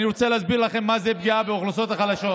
אני רוצה להסביר לכם מה זה פגיעה באוכלוסיות חלשות: